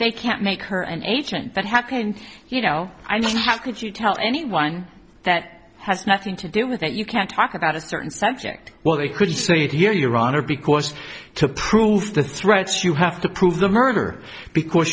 they can't make her an agent that happened you know i mean how could you tell anyone that has nothing to do with that you can't talk about a certain subject well they could say it here your honor because to prove the threats you have to prove the murder because